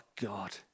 God